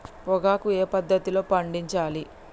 పొగాకు ఏ పద్ధతిలో పండించాలి?